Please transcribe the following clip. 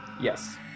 Yes